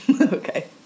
Okay